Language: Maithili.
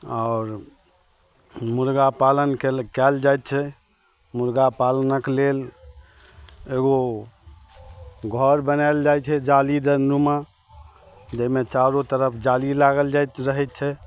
आओर मुर्गा पालन कयल जाइत छै मुर्गा पालनक लेल एगो घर बनाएल जाइ छै जाली दरुमा जाहिमे चारो तरफ जाली लागल जाइत रहै छै